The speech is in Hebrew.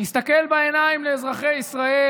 להסתכל לאזרחי ישראל